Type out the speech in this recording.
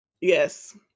Yes